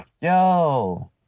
Yo